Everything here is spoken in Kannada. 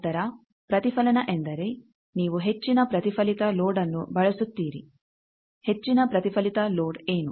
ನಂತರ ಪ್ರತಿಫಲನ ಎಂದರೆ ನೀವು ಹೆಚ್ಚಿನ ಪ್ರತಿಫಲಿತ ಲೋಡ್ನ್ನು ಬಳಸುತ್ತೀರಿ ಹೆಚ್ಚಿನ ಪ್ರತಿಫಲಿತ ಲೋಡ್ ಏನು